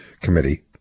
committee